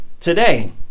Today